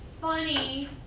funny